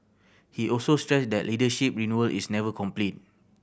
he also stressed that leadership renewal is never complete